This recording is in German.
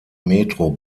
metro